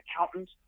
accountant